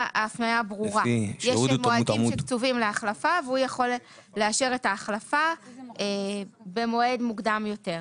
יש מועדים שקבועים להחלפה והוא יכול לאשר את ההחלפה במועד מוקדם יותר.